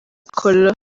col